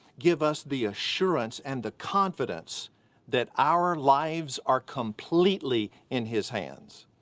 give us the assurance and the confidence that our lives are completely in his hands?